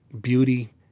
beauty